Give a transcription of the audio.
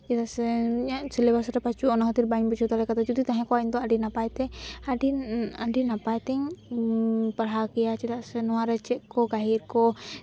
ᱪᱮᱫᱟᱜ ᱥᱮ ᱤᱧᱟᱹᱜ ᱥᱤᱞᱮᱵᱟᱥ ᱨᱮ ᱵᱟᱹᱪᱩᱜᱼᱟ ᱚᱱᱟ ᱠᱷᱟᱹᱛᱤᱨ ᱵᱟᱹᱧ ᱵᱩᱡᱷᱟᱹᱣ ᱫᱟᱲᱮ ᱠᱟᱣᱫᱟ ᱡᱩᱫᱤ ᱛᱟᱦᱮᱸ ᱠᱚᱜᱼᱟ ᱤᱧ ᱫᱚ ᱟᱹᱰᱤ ᱱᱟᱯᱟᱭ ᱛᱮ ᱟᱹᱰᱤ ᱟᱹᱰᱤ ᱱᱟᱯᱟᱭ ᱛᱤᱧ ᱯᱟᱲᱦᱟᱣ ᱠᱮᱭᱟ ᱪᱮᱫᱟᱜ ᱥᱮ ᱱᱚᱣᱟᱨᱮ ᱪᱮᱫ ᱠᱚ ᱜᱟᱹᱦᱤᱨ ᱠᱚ